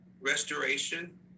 restoration